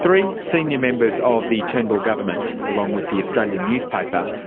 three senior members of the turnbull government, along with the australian newspaper,